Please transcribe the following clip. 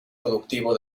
productivo